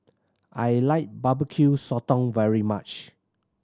I like Barbecue Sotong very much